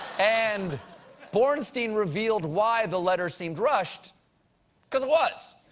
and bornstein revealed why the letter seems rushed because it was.